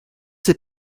ces